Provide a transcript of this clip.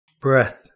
breath